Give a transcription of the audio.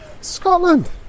Scotland